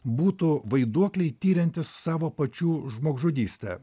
būtų vaiduokliai tiriantys savo pačių žmogžudystę